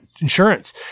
Insurance